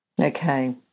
Okay